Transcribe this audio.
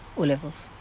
O levels